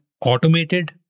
automated